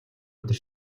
өдөр